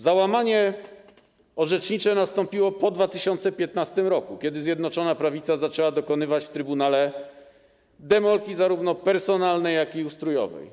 Załamanie orzecznicze nastąpiło po 2015 r., kiedy Zjednoczona Prawica zaczęła dokonywać w trybunale demolki zarówno personalnej, jak i ustrojowej.